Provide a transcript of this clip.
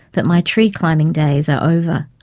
but my tree climbing days are over.